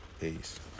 Peace